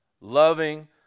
loving